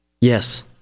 Yes